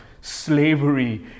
slavery